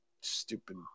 stupid